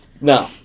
No